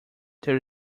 there